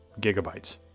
gigabytes